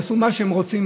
מה שהם רוצים.